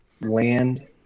land